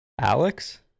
Alex